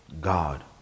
God